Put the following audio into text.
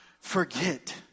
forget